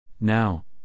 Now